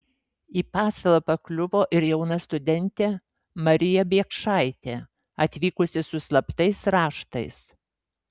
į pasalą pakliuvo ir jauna studentė marija biekšaitė atvykusi su slaptais raštais